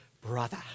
brother